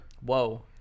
Whoa